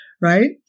right